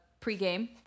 pregame